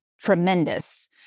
tremendous